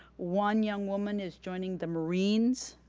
one young woman is joining the marines,